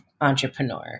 entrepreneur